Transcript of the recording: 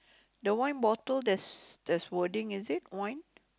the wine bottle there's there's wording is it wine